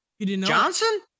Johnson